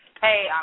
hey